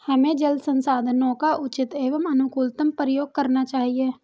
हमें जल संसाधनों का उचित एवं अनुकूलतम प्रयोग करना चाहिए